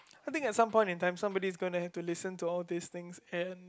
I think at some point in time somebody gonna has to listen to all this thing and